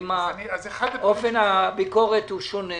האם אופן הביקורת הוא שונה?